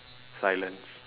silence